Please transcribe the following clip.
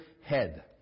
head